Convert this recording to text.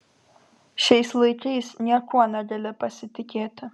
šiais laikais niekuo negali pasitikėti